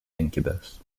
incubus